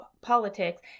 politics